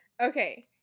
okay